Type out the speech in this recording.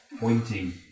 pointing